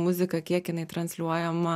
muzika kiek jinai transliuojama